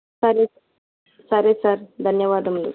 సరే సరే సార్ ధన్యవాదములు